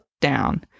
down